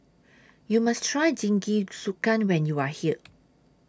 YOU must Try Jingisukan when YOU Are here